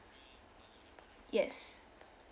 yes